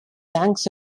banks